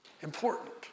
important